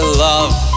love